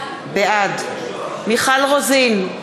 בעד מיכל רוזין,